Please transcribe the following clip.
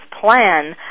plan